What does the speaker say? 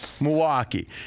Milwaukee